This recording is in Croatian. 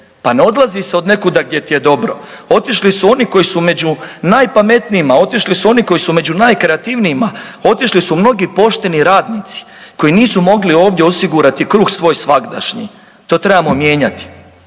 Pa ne odlazi se od nekuda gdje ti je dobro. Otišli su oni koji su među najpametnijima, otišli su oni koji su među najkreativnijima, otišli su mnogi pošteni radnici koji nisu mogli ovdje osigurati kruh svoj svagdašnji, to trebamo mijenjati.